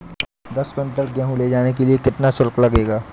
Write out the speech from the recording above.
दस कुंटल गेहूँ ले जाने के लिए कितना शुल्क लगेगा?